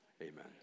Amen